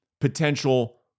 potential